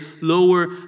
lower